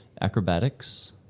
Acrobatics